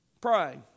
Pray